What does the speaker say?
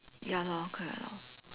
ya lor correct lor